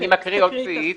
אני מקריא עוד סעיף.